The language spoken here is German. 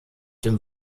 dem